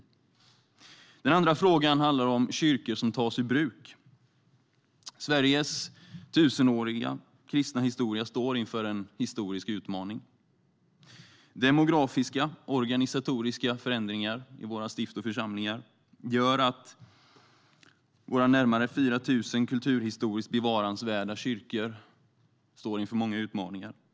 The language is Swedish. En annan fråga handlar om kyrkor som tas ur bruk. Sveriges tusenåriga kristna historia står inför en historisk utmaning. Demografiska och organisatoriska förändringar i våra stift och församlingar gör att våra närmare 4 000 kulturhistoriskt bevarandevärda kyrkor står inför många utmaningar.